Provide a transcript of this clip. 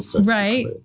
right